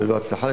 אך ללא הצלחה,